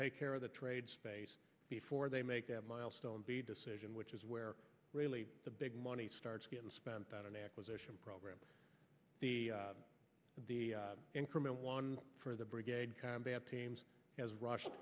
take care of the trade space before they make that milestone be decision which is where really the big money starts getting spent about an acquisition program the incremental one for the brigade combat teams as rus